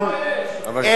כן.